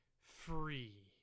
free